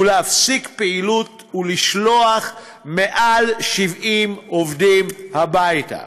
להפסיק פעילות ולשלוח יותר מ-70 עובדים הביתה.